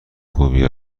خوبی